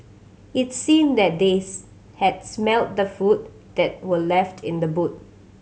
its seemed that this had smelt the food that were left in the boot